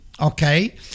okay